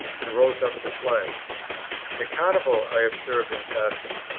and rose up to play the carnival, i observe in passing,